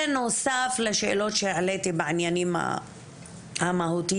בנוסף לשאלות שהעליתי בעניינים המהותיים,